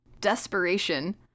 desperation